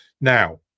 Now